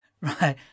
Right